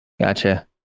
Gotcha